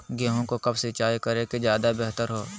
गेंहू को कब सिंचाई करे कि ज्यादा व्यहतर हो?